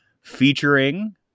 featuring